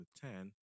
ten